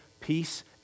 peace